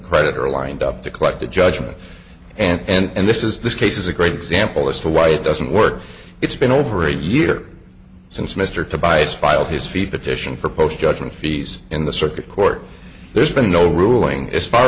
creditor lined up to collect a judgment and this is this case is a great example as to why it doesn't work it's been over a year since mr tobias filed his feet petition for post judgment fees in the circuit court there's been no ruling as far